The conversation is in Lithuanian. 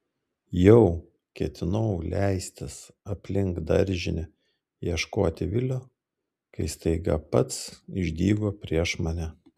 jau ketinau leistis aplink daržinę ieškoti vilio kai staiga pats išdygo prieš mane